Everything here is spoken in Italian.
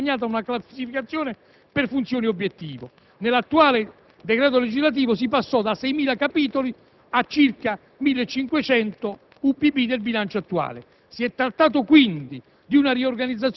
della spesa per centri di responsabilità viene accompagnata da una classificazione per funzioni-obiettivo. Nell'attuale decreto legislativo si passò da 6.000 capitoli a circa 1.500 u.p.b. del bilancio attuale.